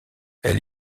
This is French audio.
elle